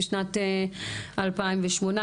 משנת 2018,